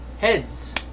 Heads